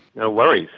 no worries.